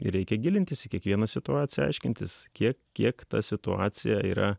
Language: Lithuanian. reikia gilintis į kiekvieną situaciją aiškintis kiek kiek ta situacija yra